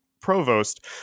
provost